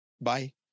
Bye